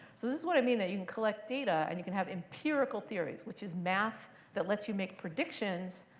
so this is what i mean that you collect data and you can have empirical theories, which is math that lets you make predictions,